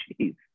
jeez